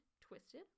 twisted